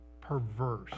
Perverse